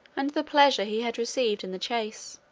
and the pleasure he had received in the chase.